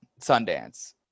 sundance